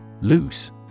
Loose